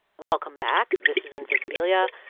welcome back. this is invisibilia.